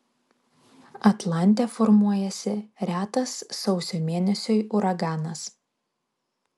atlante formuojasi retas sausio mėnesiui uraganas